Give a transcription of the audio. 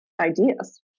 ideas